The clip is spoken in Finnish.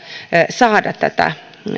saada tätä